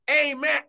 Amen